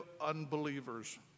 unbelievers